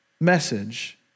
message